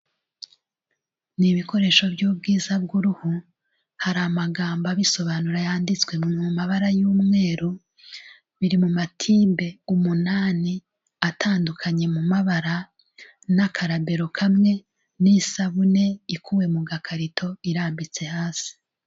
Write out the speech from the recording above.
Ni ibikoresho by'ubwiza bw'uruhu, hari amagambo abisobanura yanditswe mu mabara y'umweru, biri mu matibe umunani atandukanye mu mabara n'akarabero kamwe n'isabune ikuwe mu gakarito irambitse hasi.